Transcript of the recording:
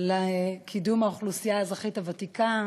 לקידום אוכלוסיית האזרחים הוותיקים,